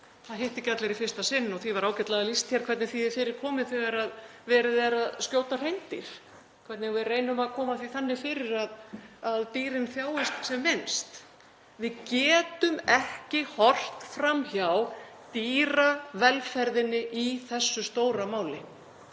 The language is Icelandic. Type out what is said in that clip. Það hitta ekki allir í fyrsta sinn. Því var ágætlega lýst hvernig því er fyrir komið þegar verið er að skjóta hreindýr, hvernig við reynum að koma því þannig fyrir að dýrin þjáist sem minnst. Við getum ekki horft fram hjá dýravelferðinni í þessu stóra máli.